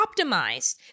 optimized